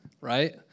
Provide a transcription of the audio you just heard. right